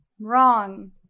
Wrong